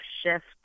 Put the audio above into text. shift